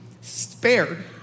spared